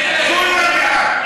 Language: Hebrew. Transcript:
כולם בעד.